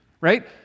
right